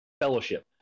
Fellowship